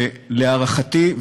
ולהערכתי,